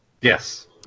Yes